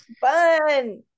Fun